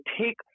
take